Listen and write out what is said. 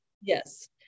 yes